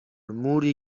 موری